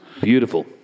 beautiful